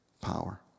power